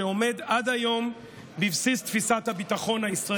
שעומד עד היום בבסיס תפיסת הביטחון הישראלית,